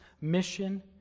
mission